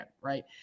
right